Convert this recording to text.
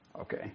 Okay